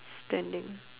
standing